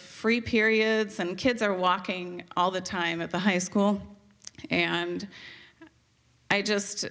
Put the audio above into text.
free periods and kids are walking all the time at the high school and i just